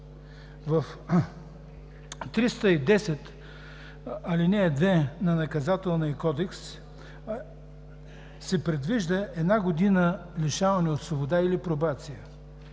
310, ал. 2 на Наказателния кодекс се предвижда една година лишаване от свобода или пробация.